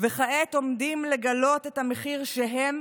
וכעת הולכים לגלות את המחיר שהם,